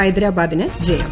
ഹൈദരാബാദിന് ജയം